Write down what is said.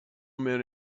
men